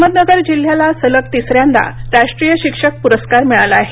अहमदनगर जिल्ह्याला सलग तिसऱ्यांदा राष्ट्रीय शिक्षक पुरस्कार मिळाला आहे